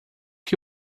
que